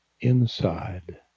inside